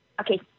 Okay